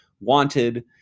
wanted